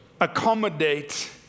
accommodate